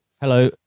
Hello